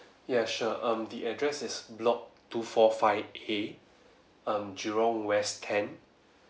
ya sure um the address is block two four five A um jurong west ten